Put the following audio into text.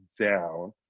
down